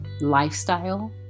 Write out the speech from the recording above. lifestyle